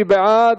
מי בעד?